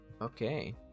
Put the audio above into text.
Okay